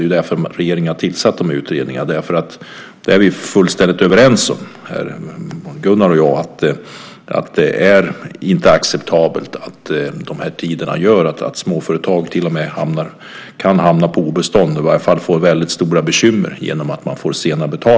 Det är därför regeringen har tillsatt utredningarna. Vi är fullständigt överens om, Gunnar och jag, att det inte är acceptabelt att de sena betalningstiderna gör att småföretag till och med kan hamna på obestånd eller i varje fall få stora bekymmer.